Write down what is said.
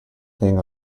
thing